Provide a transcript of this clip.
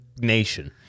nation